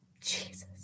Jesus